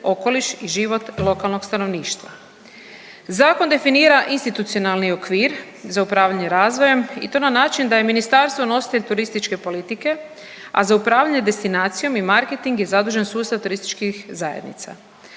okoliš i život lokalnog stanovništva. Zakon definira institucionalni okvir za upravljanje razvojem i to na način da je ministarstvo nositelj turističke politike, a za upravljanje destinacijom i marketing je zadužen sustav turističkih zajednica.